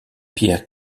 pierre